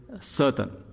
certain